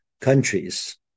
countries